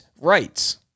rights